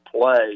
play